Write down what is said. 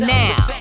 now